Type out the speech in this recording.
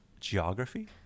geography